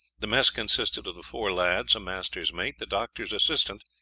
the mess consisted of the four lads, a master's mate, the doctor's assistant,